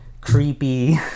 creepy